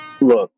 look